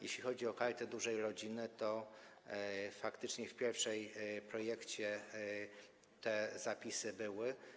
Jeśli chodzi o Kartę Dużej Rodziny, to faktycznie w pierwszym projekcie te zapisy były.